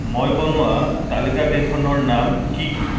মই বনোৱা তালিকাকেইখনৰ নাম কি কি